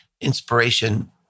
inspiration